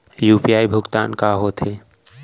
UPI भुगतान का होथे?